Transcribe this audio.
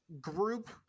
group